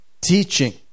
Teaching